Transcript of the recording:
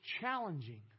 challenging